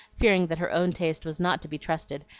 fearing that her own taste was not to be trusted,